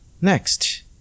Next